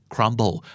Crumble